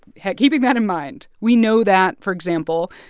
yeah keeping that in mind, we know that, for example,